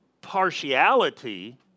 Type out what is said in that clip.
partiality